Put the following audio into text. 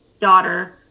daughter